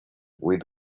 with